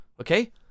Okay